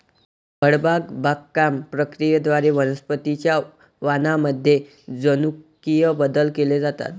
फळबाग बागकाम प्रक्रियेद्वारे वनस्पतीं च्या वाणांमध्ये जनुकीय बदल केले जातात